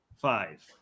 five